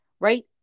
right